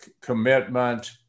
commitment